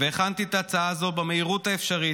והכנתי את ההצעה הזאת במהירות האפשרית,